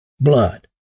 blood